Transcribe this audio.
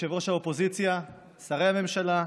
ראש האופוזיציה, שרי הממשלה,